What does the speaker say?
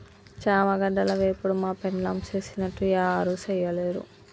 చామగడ్డల వేపుడు మా పెండ్లాం సేసినట్లు యారు సెయ్యలేరు